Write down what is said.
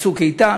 ל"צוק איתן".